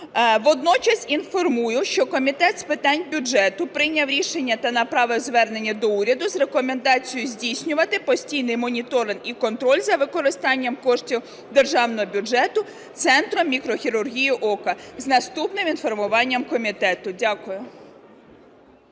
Водночас інформую, що Комітет з питань бюджету прийняв рішення та направив звернення до уряду з рекомендацією здійснювати постійний моніторинг і контроль за використанням коштів державного бюджету Центром мікрохірургії ока з наступним інформуванням комітету. Дякую.